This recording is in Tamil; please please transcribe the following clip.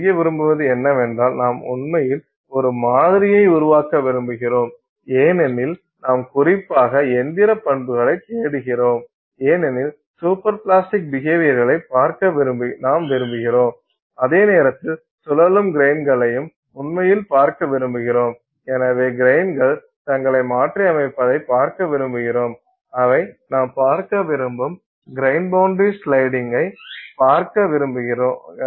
நாம் செய்ய விரும்புவது என்னவென்றால் நாம் உண்மையில் ஒரு மாதிரியை உருவாக்க விரும்புகிறோம் ஏனெனில் நாம் குறிப்பாக இயந்திர பண்புகளைத் தேடுகிறோம் ஏனெனில் சூப்பர் பிளாஸ்டிக் பிஹேவியர்களை பார்க்க நாம் விரும்புகிறோம் அதே நேரத்தில் சூழலும் கிரைன்களையும் உண்மையில் பார்க்க விரும்புகிறோம்